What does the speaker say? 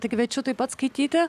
tai kviečiu taip pat skaityti